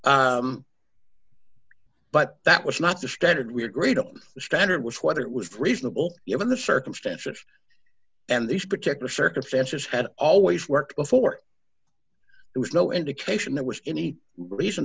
but that was not the standard we agreed on a standard was what it was reasonable given the circumstances and these particular circumstances had always worked before there was no indication there was any reason